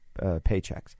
paychecks